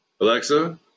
Alexa